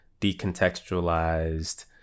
decontextualized